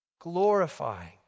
glorifying